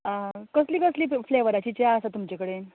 आं कसली कसली फ्लेवराची च्या आसा तुमचे कडेन